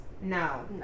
no